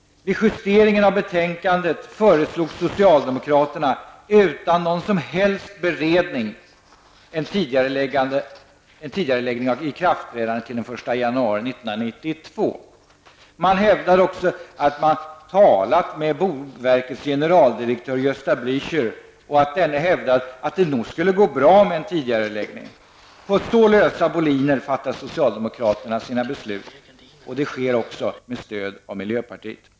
Vid justeringen av betänkandet föreslog socialdemokraterna utan någon som helst beredning en tidigareläggning av ikraftträdandet till den 1 januari 1992. Man hävdade också att man ''talat'' med boverkets generaldirektör, Gösta Blu cher, och att denne hävdat att det nog skulle gå bra med en tidigareläggning. På så lösa boliner fattar socialdemokraterna sina beslut, i det här fallet med stöd från miljöpartiet.